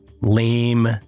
Lame